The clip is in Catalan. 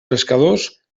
pescadors